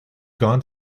gone